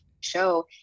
show